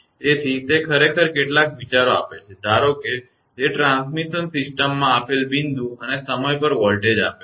તેથી તે ખરેખર કેટલાક વિચારો આપે છે ધારો કે તે ટ્રાન્સમિશન સિસ્ટમમાં આપેલ બિંદુ અને સમય પર વોલ્ટેજ આપે છે